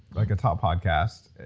like a top podcast,